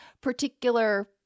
particular